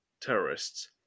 terrorists